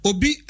Obi